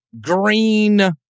Green